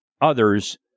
others